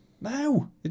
no